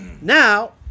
Now